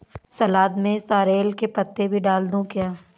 सलाद में सॉरेल के पत्ते भी डाल दूं क्या?